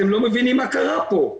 אתם לא מבינים מה קרה פה,